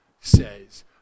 says